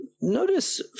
Notice